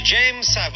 James